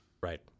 Right